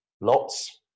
lots